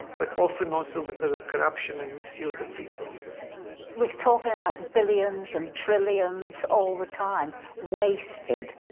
but often also because of corruption and misuse of resources we're talking about billions and trillions all the time wasted.